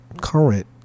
current